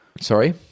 Sorry